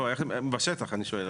לא, בשטח אני שואל.